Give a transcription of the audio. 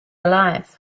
alive